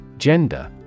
Gender